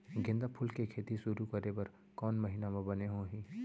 गेंदा फूल के खेती शुरू करे बर कौन महीना मा बने होही?